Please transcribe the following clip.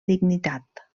dignitat